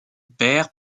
perd